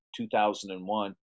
2001